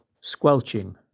squelching